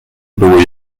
były